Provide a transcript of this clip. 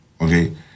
Okay